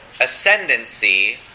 ascendancy